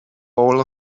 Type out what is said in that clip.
all